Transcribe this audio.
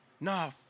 nah